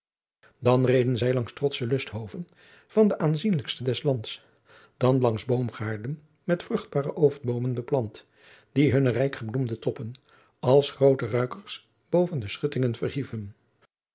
dan reden zij langs trotsche lusthoven van de aanzienlijksten des lands dan langs boomgaarden met vruchtbare ooftboomen beplant die hunne rijkgebloemde toppen als groote ruikers boven de schuttingen verhieven